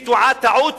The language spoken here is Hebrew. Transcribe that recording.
היא טועה טעות